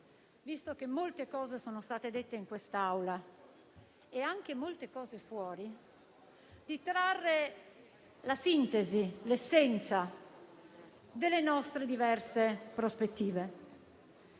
visto che molte cose sono state dette in quest'Aula e anche fuori di essa, di trarre la sintesi, l'essenza delle nostre diverse prospettive.